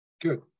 Good